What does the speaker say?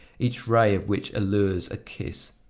each ray of which allures a kiss.